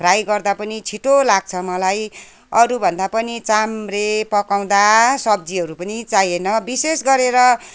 fry गर्दा पनि छिटो लाग्छ मलाई अरूभन्दा पनि चाम्रे पकाउँदा सब्जीहरू पनि चाहिएन विशेष गरेर